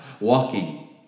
walking